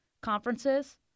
conferences